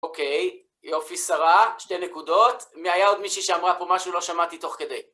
אוקיי, יופי שרה, שתי נקודות. והיה עוד מישהי שאמרה פה משהו? לא שמעתי תוך כדי